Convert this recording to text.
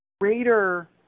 greater